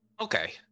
Okay